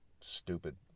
stupid